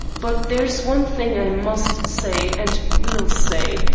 but there's one thing i must say and will say,